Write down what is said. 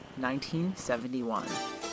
1971